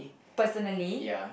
personally